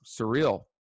Surreal